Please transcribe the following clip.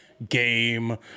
Game